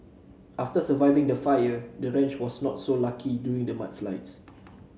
after surviving the fire the ranch was not so lucky during the mudslides